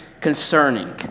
concerning